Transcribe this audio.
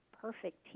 perfect